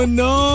no